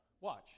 Watch